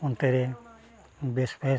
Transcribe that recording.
ᱚᱱᱛᱮ ᱨᱮ ᱵᱮᱥ ᱵᱮᱥ